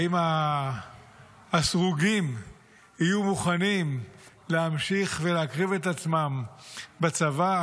האם הסרוגים יהיו מוכנים להמשיך ולהקריב את עצמם בצבא,